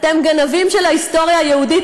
אתם גנבים של ההיסטוריה היהודית,